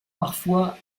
parfois